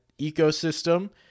ecosystem